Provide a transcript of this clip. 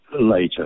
later